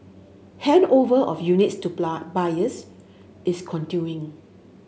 handover of units to buyers is continuing